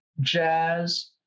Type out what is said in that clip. jazz